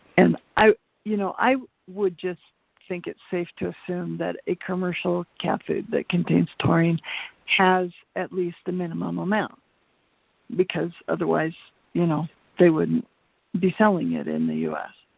and i you know i would just think it's safe to assume that a commercial cat food that contains taurine has at least the minimum amount because otherwise you know they wouldn't be selling it in the us.